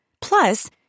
Plus